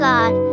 God